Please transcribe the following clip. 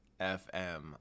FM